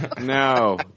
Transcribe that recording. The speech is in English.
No